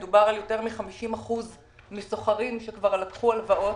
מדובר על יותר מ-50% מהסוחרים שלקחו הלוואות.